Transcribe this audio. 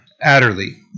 Adderley